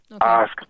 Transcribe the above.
ask